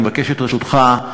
אני מבקש את רשותך,